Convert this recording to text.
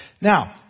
Now